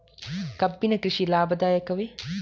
ಕಬ್ಬಿನ ಕೃಷಿ ಲಾಭದಾಯಕವೇ?